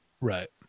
Right